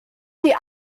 die